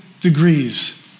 degrees